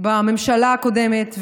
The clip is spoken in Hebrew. בממשלה הקודמת,